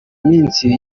iminsi